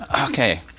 Okay